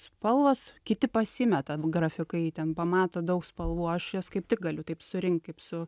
spalvos kiti pasimeta grafikai ten pamato daug spalvų aš jas kaip tik galiu taip surinkt kaip su